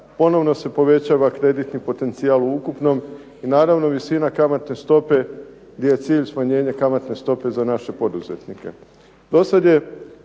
Ponovno se povećava kreditni potencijal u ukupnom i naravno visina kamatne stope gdje je cilj smanjenje kamatne stope za naše poduzetnike.